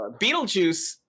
beetlejuice